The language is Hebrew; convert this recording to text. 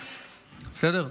בסדר?